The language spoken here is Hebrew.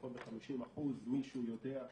לפחות ב-50%, מישהו יודע.